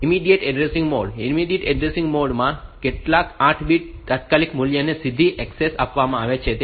immediate addressing mode immediate mode માં કેટલાક 8 bit તાત્કાલિક મૂલ્યને સીધી ઍક્સેસ આપવામાં આવે છે